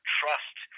trust